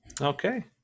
okay